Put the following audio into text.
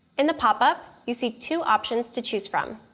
in the pop up, you'll see two options to choose from.